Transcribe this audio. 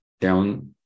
down